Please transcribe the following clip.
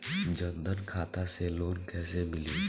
जन धन खाता से लोन कैसे मिली?